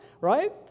Right